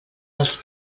els